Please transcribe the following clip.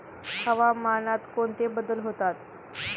हवामानात कोणते बदल होतात?